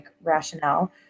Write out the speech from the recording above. rationale